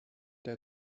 der